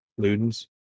Ludens